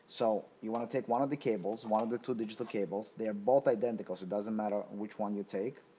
so, you want to take one of the cables one of the two digital cables they're both identical so it doesn't matter which one you take.